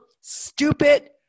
stupid